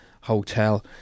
Hotel